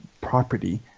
property